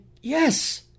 yes